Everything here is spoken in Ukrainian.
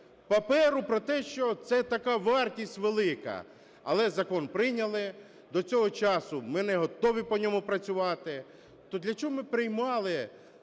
паперу, про те, що це така вартість велика. Але закон прийняли, до цього часу ми не готові по ньому працювати. То для чого ми приймали